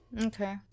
Okay